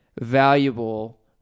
valuable